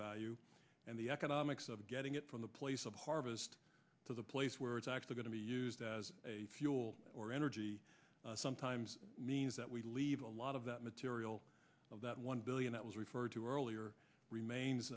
value and the economics of getting it from the place of harvest to the place where it's actually going to be used as a fuel or energy sometimes means that we leave a lot of that material of that one billion that was referred to earlier remains